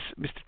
Mr